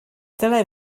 dylai